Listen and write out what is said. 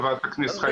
חברת הכנסת חיימוביץ'.